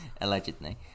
allegedly